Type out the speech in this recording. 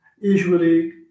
usually